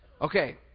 Okay